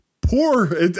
poor